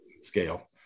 scale